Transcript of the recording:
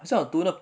好像有读的